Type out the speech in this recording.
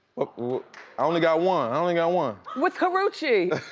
i only got one, i only got one. with karrueche. yeah